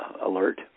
alert